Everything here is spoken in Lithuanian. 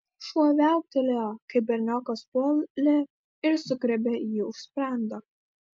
šuo viauktelėjo kai berniokas puolė ir sugriebė jį už sprando